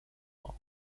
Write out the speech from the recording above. mort